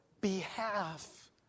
behalf